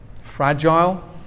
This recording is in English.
fragile